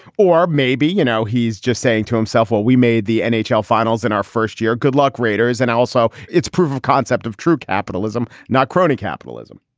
or maybe, you know, he's just saying to himself, well, we made the and nhl finals in our first year. good luck, raiders. and also it's proof of concept of true capitalism, not crony capitalism.